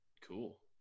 Cool